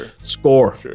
score